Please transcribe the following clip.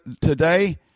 today